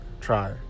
try